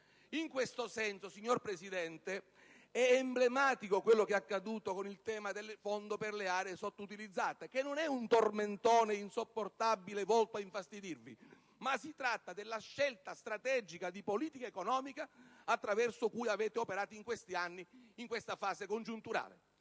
In questo senso, signor Presidente, è emblematico quello che è accaduto con il tema del Fondo per le aree sottoutilizzate, che non è un tormentone insopportabile volto ad infastidirvi, ma si tratta della scelta strategica di politica economica attraverso cui avete operato in questi anni, in questa fase congiunturale.